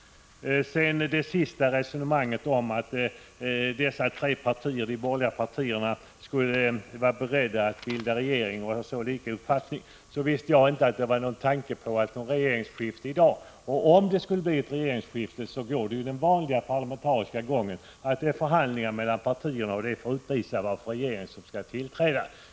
När det gäller resonemanget om att de tre borgerliga partierna skulle vara beredda att bilda regering så visste jag inte att det fanns någon tanke på regeringsskifte i dag. Om det skulle bli ett regeringsskifte, går det den vanliga parlamentariska vägen med förhandlingar mellan partierna. De förhandlingarna får utvisa vilken regering som skall tillträda.